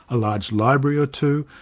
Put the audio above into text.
a large library or two,